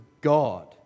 God